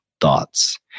thoughts